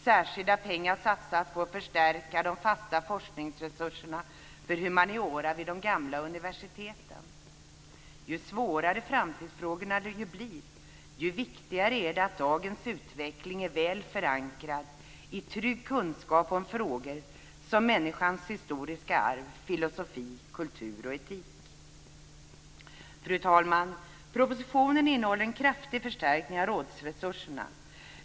Särskilda pengar satsas på att förstärka de fasta forskningsresurserna för humaniora vid de gamla universiteten. Ju svårare framtidsfrågorna blir, desto viktigare är det att dagens utveckling är väl förankrad i trygg kunskap om frågor som människans historiska arv, filosofi, kultur och etik. Fru talman! Propositionen innehåller en kraftig förstärkning av rådsresurserna.